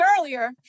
earlier